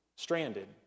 stranded